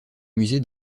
musée